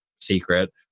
secret